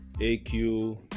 AQ